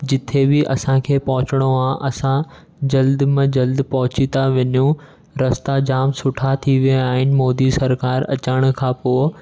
जिथे बि असांखे पहुचणो आहे असां जल्द में जल्द पहुची था वञूं रस्ता जाम सुठा थी विया आहिनि मोदी सरकारि अचण खां पोइ